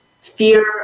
fear